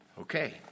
Okay